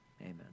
Amen